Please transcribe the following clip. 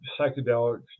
psychedelics